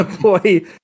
boy